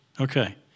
Okay